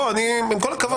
בוא, עם כל הכבוד.